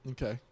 Okay